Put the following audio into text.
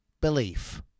belief